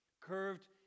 curved